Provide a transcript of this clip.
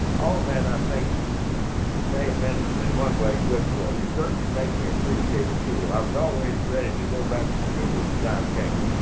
all that i think may have been in one way good for me. it certainly made me appreciate skill and i was always ready to go back to school when the time came.